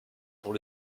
pour